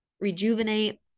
rejuvenate